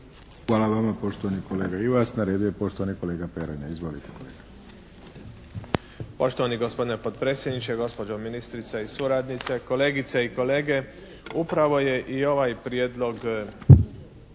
Hvala vama poštovani kolega Ivas. Na redu je poštovani kolega Peronja. Izvolite kolega.